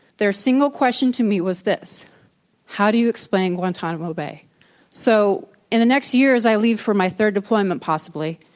their single question to me was this how do you explain guantanamo so in the next year as i leave for my third deployment, possibly,